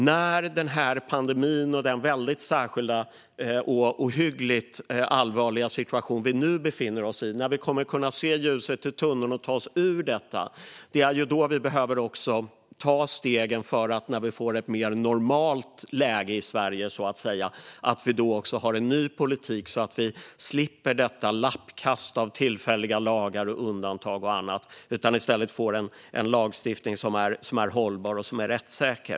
När den här pandemin och den särskilda och ohyggligt allvarliga situation som vi nu befinner oss i är över, när vi kan se ljuset i tunneln och ta oss ur denna - när vi får ett mer normalt läge i Sverige - behöver vi ta stegen för en ny politik, så att vi slipper detta lappverk av tillfälliga lagar och undantag och i stället får en lagstiftning som är hållbar och rättssäker.